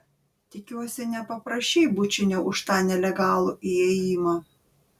tikiuosi nepaprašei bučinio už tą nelegalų įėjimą